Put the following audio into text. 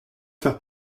faire